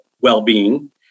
well-being